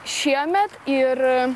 šiemet ir